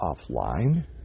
offline